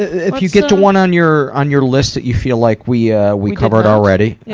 if you get to one on your on your list that you feel like we ah we covered already, yeah